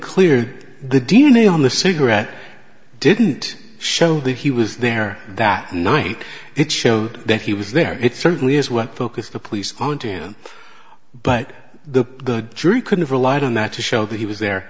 clear the d n a on the cigarette didn't show that he was there that night it showed that he was there it certainly is what focused the police on to him but the jury could've relied on that to show that he was there